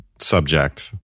subject